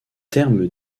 terme